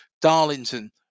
Darlington